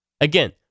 Again